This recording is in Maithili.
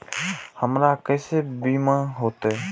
हमरा केसे बीमा होते?